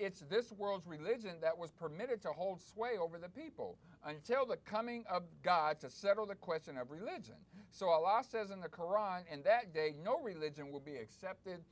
it's this world's religion that was permitted to hold sway over the people until the coming of god to settle the question of religion so our law says in the koran and that day no religion will be accepted